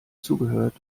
zugehört